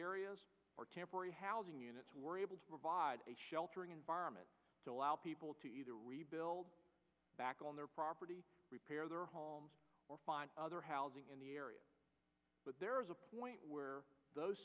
areas or temporary housing units were able to provide a shelter environment to allow people to either rebuild back on their property repair their homes or find other housing in the area but there is a point where those